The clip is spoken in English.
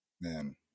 Man